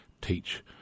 Teach